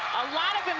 a lot of